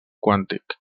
quàntic